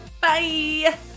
Bye